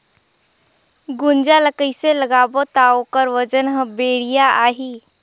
गुनजा ला कइसे लगाबो ता ओकर वजन हर बेडिया आही?